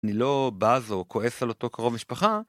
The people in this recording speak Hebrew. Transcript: אני לא בז או כועס על אותו קרוב משפחה.